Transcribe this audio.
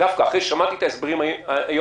דווקא אחרי ששמעתי את ההסברים היום,